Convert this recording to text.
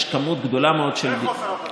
יש כמות גדולה מאוד של, זה חוסר ודאות.